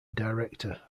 director